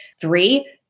Three